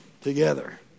together